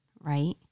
right